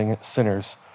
sinners